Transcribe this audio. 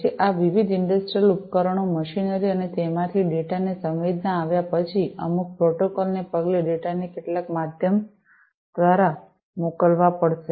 પછી આ વિવિધ ઇંડસ્ટ્રિયલ ઉપકરણો મશીનરી અને તેમાંથી ડેટાને સંવેદના આવ્યા પછી અમુક પ્રોટોકોલને પગલે ડેટાને કેટલાક માધ્યમ દ્વારા મોકલવા પડશે